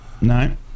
No